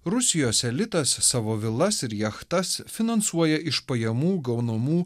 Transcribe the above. rusijos elitas savo vilas ir jachtas finansuoja iš pajamų gaunamų